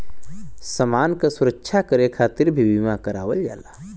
समान क सुरक्षा करे खातिर भी बीमा करावल जाला